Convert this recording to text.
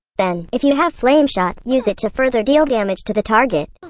then, if you have flameshot, use it to further deal damage to the target.